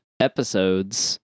episodes